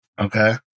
Okay